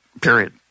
period